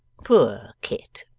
poor kit